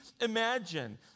imagine